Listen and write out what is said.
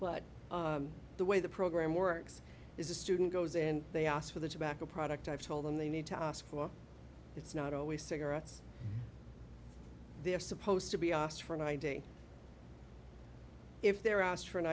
but the way the program works is a student goes and they ask for the tobacco product i've told them they need to ask for it's not always cigarettes they're supposed to be asked for an id if they're asked for an